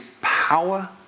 power